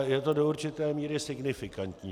Je to do určité míry signifikantní.